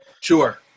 sure